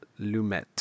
Lumet